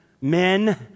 men